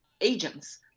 agents